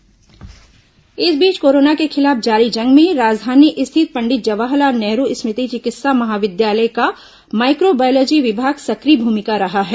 corona जांच इस बीच कोरोना के खिलाफ जारी जंग में राजधानी स्थित पंडित जवाहर लाल नेहरू स्मृति चिकित्सा महाविद्यालय के माइक्रो बायोलॉजी विभाग सक्रिय भूमिका रहा है